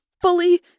fully